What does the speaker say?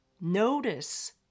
Notice